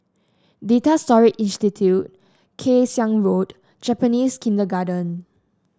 Data Storage Institute Kay Siang Road Japanese Kindergarten